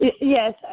Yes